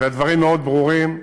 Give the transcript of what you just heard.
והדברים מאוד ברורים.